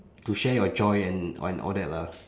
to share your joy and and all that lah